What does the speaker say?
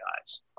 guys